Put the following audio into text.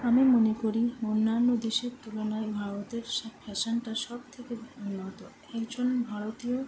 আমি মনে করি অন্যান্য দেশের তুলনায় ভারতের ফ্যাশনটা সব থেকে উন্নত একজন ভারতীয়